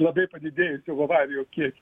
labai padidėjusio avarijų kiekio